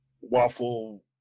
Waffle